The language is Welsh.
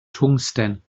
twngsten